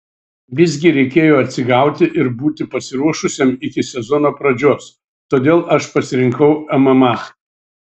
visgi reikėjo atsigauti ir būti pasiruošusiam iki sezono pradžios todėl aš pasirinkau mma